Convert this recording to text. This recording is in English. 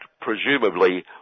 presumably